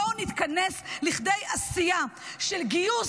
בואו נתכנס לכדי עשייה של גיוס.